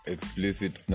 Explicit